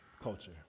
Culture